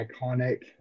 iconic